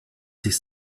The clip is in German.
sich